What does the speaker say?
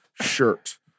shirt